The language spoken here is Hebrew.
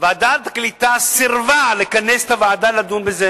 ועדת הקליטה סירבה לכנס את הוועדה לדון בזה,